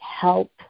help